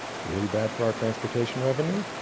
it's really bad for our transportation revenue,